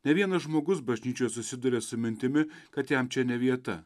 ne vienas žmogus bažnyčioje susiduria su mintimi kad jam čia ne vieta